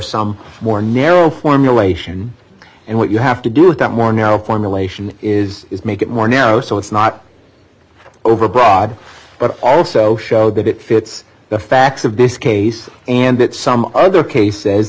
some more narrow formulation and what you have to do that more now formulation is is make it more now so it's not overbroad but also show that it fits the facts of this case and that some other case